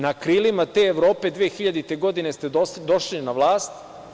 Na krilima te Evrope 2000. godine ste došli na vlast.